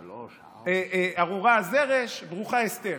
ארורה זרש, ברוכה אסתר"